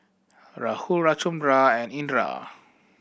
Rahul Ramchundra and Indira